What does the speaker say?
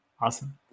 Awesome